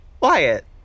Wyatt